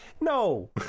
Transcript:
no